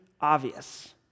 obvious